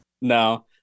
No